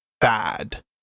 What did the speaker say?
bad